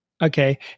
Okay